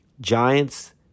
Giants